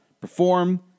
perform